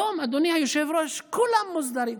היום, אדוני היושב-ראש, כולם מוסדרים.